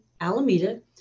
Alameda